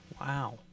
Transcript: Wow